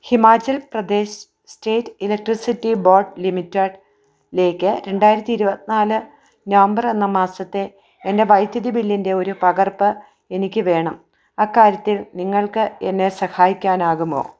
Himachal Pradesh state electricity board ലിമിറ്റഡിലേക്ക് രണ്ടായിരത്തി ഇരുപത്തി നാല് നവംബർ എന്ന മാസത്തെ എൻ്റെ വൈദ്യുതി ബില്ലിൻ്റെ ഒരു പകർപ്പ് എനിക്ക് വേണം അക്കാര്യത്തിൽ നിങ്ങൾക്ക് എന്നെ സഹായിക്കാനാകുമോ